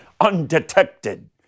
undetected